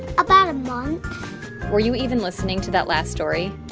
about a month were you even listening to that last story?